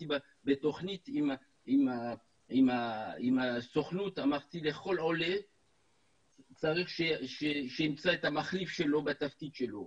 בתוכנית עם הסוכנות אמרתי לכל עולה שימצא את המחליף שלו בתפקיד שלו.